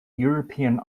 european